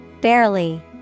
Barely